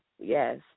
Yes